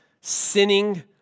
sinning